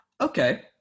Okay